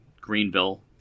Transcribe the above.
greenville